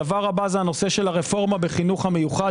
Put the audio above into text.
הנושא הבא זה הרפורמה בחינוך המיוחד.